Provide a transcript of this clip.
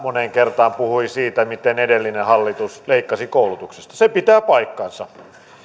moneen kertaan puhui siitä miten edellinen hallitus leikkasi koulutuksesta se pitää paikkansa